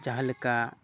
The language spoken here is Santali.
ᱡᱟᱦᱟᱸ ᱞᱮᱠᱟ